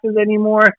anymore